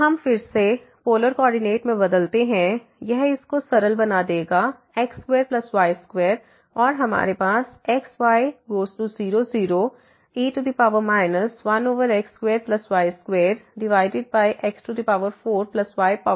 तो हम फिर से पोलर कोऑर्डिनेट में बदलते हैं यह इसको सरल बना देगा x2y2 और हमारे पास x y0 0 e 1x2y2x4y4है